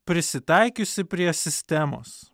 prisitaikiusi prie sistemos